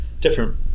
different